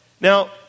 Now